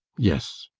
yes.